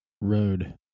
road